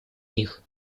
них